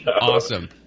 awesome